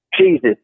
Jesus